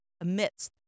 amidst